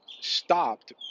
stopped